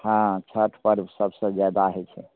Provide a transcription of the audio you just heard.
हाँ छठि परब सबसे जादा होइ छै